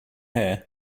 here